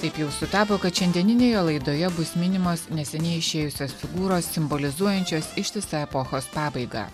taip jau sutapo kad šiandieninėje laidoje bus minimos neseniai išėjusios figūros simbolizuojančios ištisą epochos pabaigą